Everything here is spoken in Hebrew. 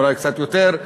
אולי קצת יותר.